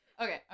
okay